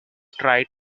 tried